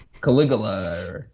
Caligula